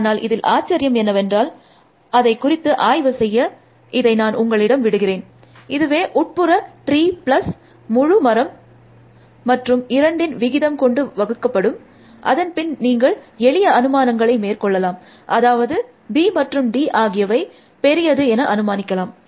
ஆனால் இதில் ஆச்சரியம் என்னவென்றால் அதை குறித்து ஆய்வு செய்ய இதை நான் உங்களிடம் விடுகிறேன் இதுவே உட்புற ட்ரீ ப்ளஸ் முழு மரம் internal tree plus full tree மற்றும் இரண்டின் விகிதம் கொண்டு வகுக்கப்படும் அதன் பின் நீங்கள் எளிய அனுமானங்களை மேற்கொள்ளலாம் அதாவது b மற்றும் d ஆகியவை பெரியது என அனுமானிக்கலாம்